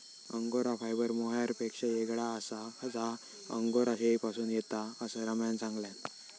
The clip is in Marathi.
अंगोरा फायबर मोहायरपेक्षा येगळा आसा जा अंगोरा शेळीपासून येता, असा रम्यान सांगल्यान